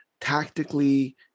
tactically